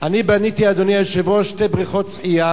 אני בניתי, אדוני היושב-ראש, שתי בריכות שחייה,